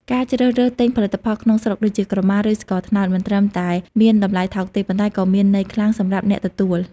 ការជ្រើសរើសទិញផលិតផលក្នុងស្រុក ដូចជាក្រមា ឬស្ករត្នោត មិនត្រឹមតែមានតម្លៃថោកទេ ប៉ុន្តែក៏មានន័យខ្លាំងសម្រាប់អ្នកទទួល។